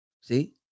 See